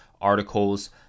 articles